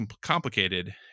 complicated